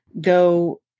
go